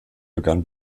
begann